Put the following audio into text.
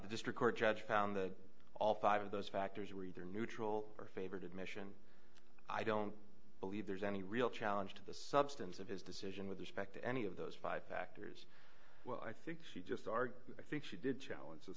the district court judge found the all five of those factors were either neutral or favored admission i don't believe there's any real challenge to the substance of his decision with respect to any of those five factors well i think she just argued i think she did challenge